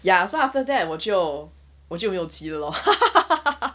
ya so after that 我就我就没有骑了 lor